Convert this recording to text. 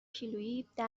کیلوییده